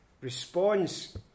response